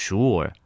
Sure